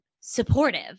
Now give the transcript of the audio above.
supportive